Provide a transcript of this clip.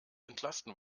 entlasten